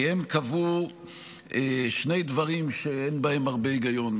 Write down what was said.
כי הם קבעו שני דברים שאין בהם הרבה היגיון.